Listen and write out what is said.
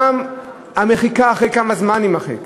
גם המחיקה, אחרי כמה זמן יימחק,